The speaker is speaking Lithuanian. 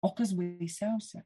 o kas baisiausia